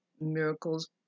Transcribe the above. miracles